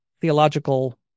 theological